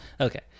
Okay